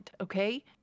okay